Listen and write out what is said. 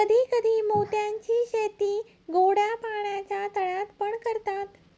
कधी कधी मोत्यांची शेती गोड्या पाण्याच्या तळ्यात पण करतात